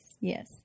Yes